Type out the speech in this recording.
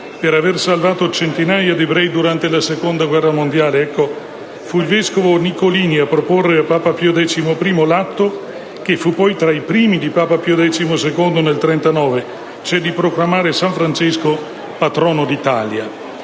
per aver salvato centinaia di ebrei durante la Seconda guerra mondiale. Fu il vescovo Nicolini a proporre a Papa Pio XI l'atto, che fu poi tra i primi di Papa Pio XII nel 1939, di proclamare San Francesco patrono d'Italia.